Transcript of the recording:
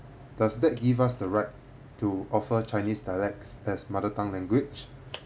does that give us the right to offer chinese dialects as mother tongue language